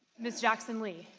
miss jackson lee?